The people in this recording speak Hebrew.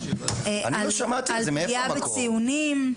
על פגיעה בציונים.